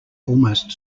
almost